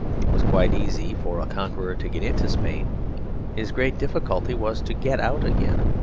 it was quite easy for a conqueror to get into spain his great difficulty was to get out again.